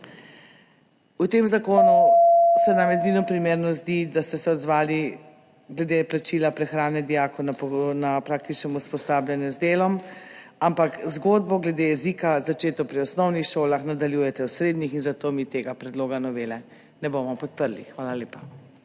V tem zakonu se nam edino primerno zdi, da ste se odzvali glede plačila prehrane dijakov na praktičnem usposabljanju z delom, ampak zgodbo glede jezika, začeto pri osnovnih šolah, nadaljujete v srednjih, in zato mi tega predloga novele ne bomo podprli. Hvala lepa.